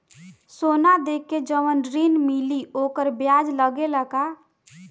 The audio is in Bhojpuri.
सोना देके जवन ऋण मिली वोकर ब्याज लगेला का?